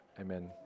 Amen